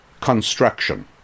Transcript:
Construction